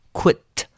quit